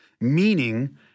meaning